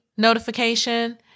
Notification